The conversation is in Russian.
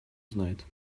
знает